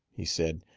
he said,